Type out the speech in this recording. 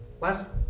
Last